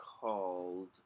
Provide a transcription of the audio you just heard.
called